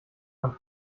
man